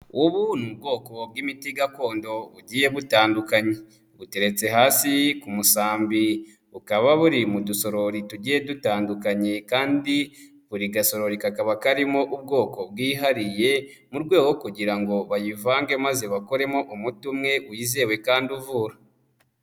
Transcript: Ubu ni ubwoko bw'imiti gakondo bugiye butandukanye, buteretse hasi ku musambi, bukaba buri mu dusorori tugiye dutandukanye kandi buri gasorori kakaba karimo ubwoko bwihariye mu rwego rwo kugira ngo bayivange maze bakoremo umuti umwe wizewe kandi uvura.